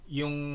yung